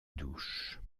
douche